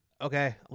Okay